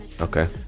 Okay